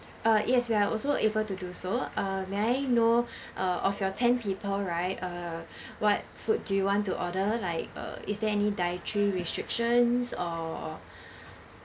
uh yes we are also able to do so uh may know uh of your ten people right uh what food do you want to order like uh is there any dietary restrictions or